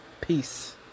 Peace